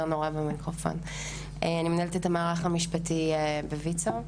המערך המשפטי בוויצ"ו.